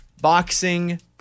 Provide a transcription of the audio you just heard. Boxing